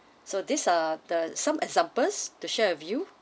so these are the some examples to share with you